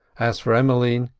as for emmeline,